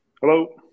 Hello